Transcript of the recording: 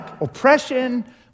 oppression